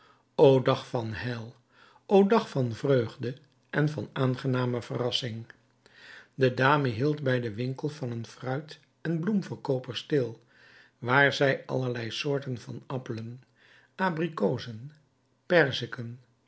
o dag van heil o dag van vreugde en van aangename verrassing de dame hield bij den winkel van een fruit en bloemenverkooper stil waar zij allerlei soorten van appelen abrikozen perziken